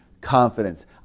confidence